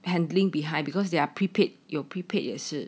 handling behind because they are prepaid your prepaid 也是